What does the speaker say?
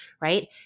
right